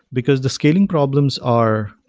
because the scaling problems are,